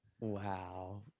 Wow